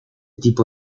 tipo